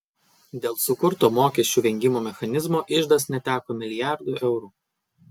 dėl sukurto mokesčių vengimo mechanizmo iždas neteko milijardų eurų